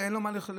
אין לו מה לאכול,